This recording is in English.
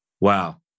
Wow